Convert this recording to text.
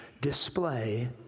display